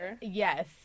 Yes